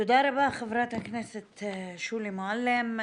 תודה רבה חברת הכנסת שולי מועלם.